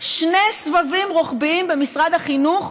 שני סבבים רוחביים במשרד החינוך,